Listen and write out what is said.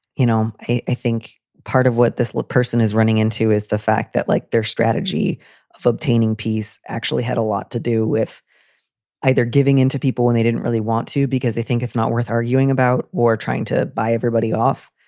you know, i think part of what this little person is running into is the fact that, like their strategy of obtaining peace actually had a lot to do with either giving into people when they didn't really want to because they think it's not worth arguing about war or trying to buy everybody off.